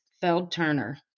Feld-Turner